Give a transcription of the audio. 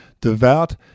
devout